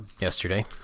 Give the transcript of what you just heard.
Yesterday